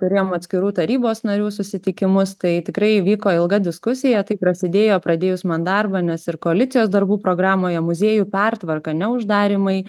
turėjom atskirų tarybos narių susitikimus tai tikrai įvyko ilga diskusija tai prasidėjo pradėjus man darbą nes ir koalicijos darbų programoje muziejų pertvarka ne uždarymai